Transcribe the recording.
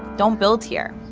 don't build here,